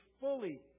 fully